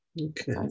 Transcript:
okay